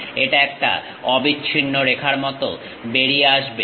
এটা একটা অবিচ্ছিন্ন রেখার মতো বেরিয়ে আসবে